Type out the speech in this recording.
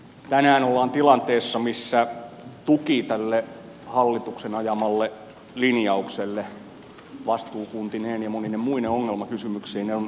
tänään ollaan tilanteessa missä tuki tälle hallituksen ajamalle linjaukselle vastuukuntineen ja monine muine ongelmakysymyksineen on rapautumassa